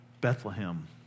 Bethlehem